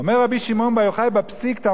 אומר רבי שמעון בר יוחאי בפסיקתא,